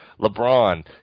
LeBron